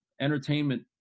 entertainment